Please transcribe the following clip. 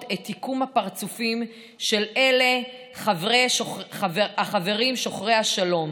את עיקום הפרצופים של החברים שוחרי השלום,